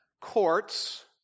courts